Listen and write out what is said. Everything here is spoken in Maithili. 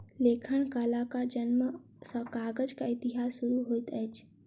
लेखन कलाक जनम सॅ कागजक इतिहास शुरू होइत अछि